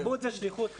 תרבות זה שליחות.